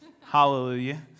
Hallelujah